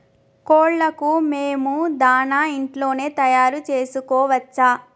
కోళ్లకు మేము దాణా ఇంట్లోనే తయారు చేసుకోవచ్చా?